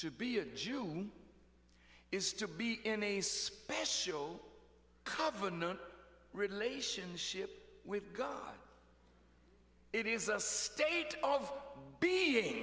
to be a jew is to be in a special covenant relationship with god it is a state of being